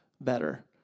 better